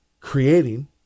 creating